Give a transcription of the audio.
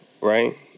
Right